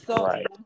Right